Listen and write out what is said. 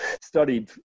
studied